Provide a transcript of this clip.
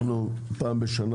אנחנו פעם בשנה